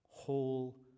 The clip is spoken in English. whole